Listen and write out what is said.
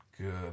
Good